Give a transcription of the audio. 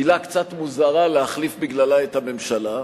עילה קצת מוזרה להחליף בגללה את הממשלה.